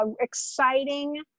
exciting